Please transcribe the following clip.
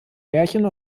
märchen